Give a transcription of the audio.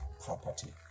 property